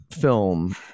film